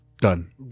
done